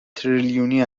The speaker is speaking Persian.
تریلیونی